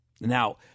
now